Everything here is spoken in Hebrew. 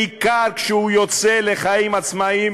בעיקר כשהוא יוצא לחיים עצמאיים